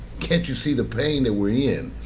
can't you see the pain that we're in?